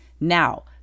Now